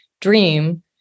dream